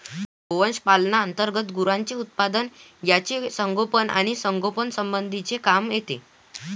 गोवंश पालना अंतर्गत गुरांचे उत्पादन, त्यांचे संगोपन आणि संगोपन यासंबंधीचे काम येते